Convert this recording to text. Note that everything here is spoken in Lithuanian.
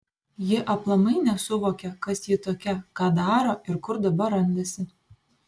ji aplamai nesuvokia kas ji tokia ką daro ir kur dabar randasi